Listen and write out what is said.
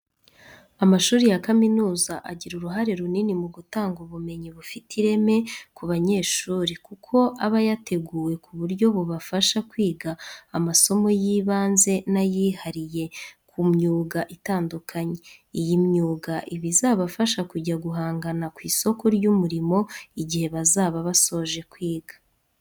Amashuri ya kaminuza agira uruhare runini mu gutanga ubumenyi bufite ireme ku banyeshuri kuko aba yateguwe ku buryo bubafasha kwiga amasomo y'ibanze n'ay'ihariye ku myuga itandukanye. Iyi myuga iba izabafasha kujya guhangana ku isoko ry'umurimo igihe bazaba basoje kwiga.